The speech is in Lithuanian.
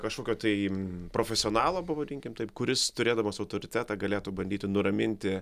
kažkokio tai profesionalo pavadinkime taip kuris turėdamas autoritetą galėtų bandyti nuraminti